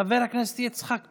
חבר הכנסת יצחק פינדרוס,